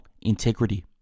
integrity